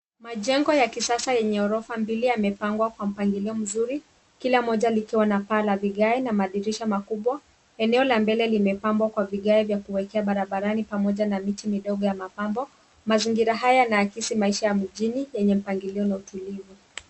Majengo ya kisasa yenye ghorofa mbili, yamepangwa kwa mpangilia mzuri, kila moja likiwa na paa la vigae na madirisha makubwa. Eneo la mbele limepambwa kwa vigae vya kuekea barabarani pamoja na miti midogo ya mapambo. Mazingira haya yana akisi maisha ya mjini yenye mpangilio na utulivu.